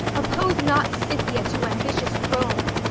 oppose not scythia to ambitious rome.